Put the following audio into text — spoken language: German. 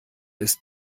ist